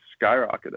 skyrocketed